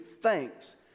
thanks